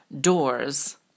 doors